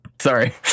Sorry